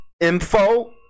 info